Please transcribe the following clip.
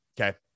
okay